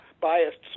biased